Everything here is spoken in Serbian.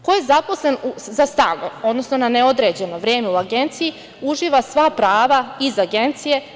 Ko je zaposlen za stalno, odnosno na neodređeno vreme u agenciji, uživa sva prava iz agencije.